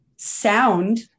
sound